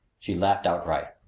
she laughed outright.